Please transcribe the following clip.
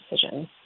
decisions